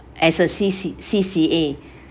as a C_C~ C_C_A